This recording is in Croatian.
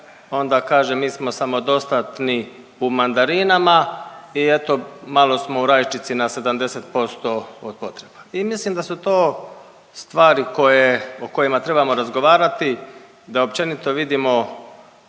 onda kaže mi smo samodostatni u mandarinama i eto, malo smo u rajčici na 70% od potreba i mislim da su to stvari koje, o kojima trebamo razgovarati, da općenito vidimo